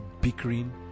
bickering